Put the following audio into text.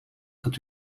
gaat